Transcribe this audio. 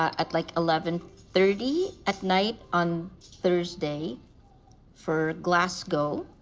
um at, like, eleven thirty at night on thursday for glasgow.